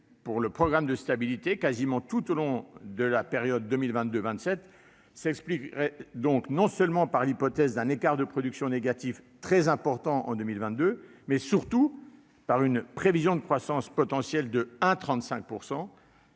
par le programme de stabilité quasiment tout au long de la période 2022-2027 s'expliquerait non seulement par l'hypothèse d'un écart de production négatif très important en 2022, mais surtout par une prévision de croissance potentielle de 1,35